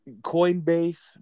Coinbase